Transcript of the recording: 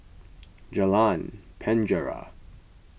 Jalan Penjara